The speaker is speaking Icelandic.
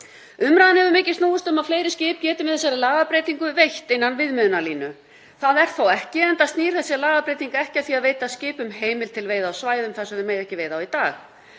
Umræðan hefur mikið snúist um það að fleiri skip geti með þessari lagabreytingu veitt innan viðmiðunarlínu. Það er þó ekki, enda snýr þessi lagabreyting ekki að því að veita skipum heimild til veiða á svæðum þar sem þau mega ekki veiða í dag.